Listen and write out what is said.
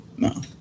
No